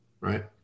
Right